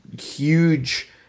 huge